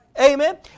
Amen